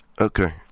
Okay